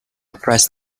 pressed